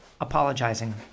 apologizing